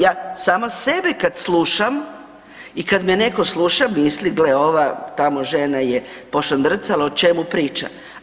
Ja sama sebe kad slušam i kad me neko sluša misli gle ova tamo žena je pošandrcala o čemu priča.